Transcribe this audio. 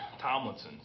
Tomlinson